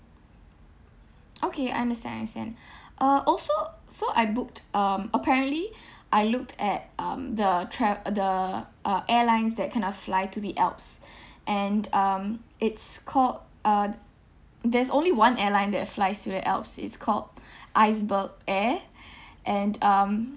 okay I understand I understand uh also so I booked um apparently I looked at um the tra~ uh the uh airlines that kind of fly to the alps and um it's called uh there's only one airline that flies to the alps it's called iceberg air and um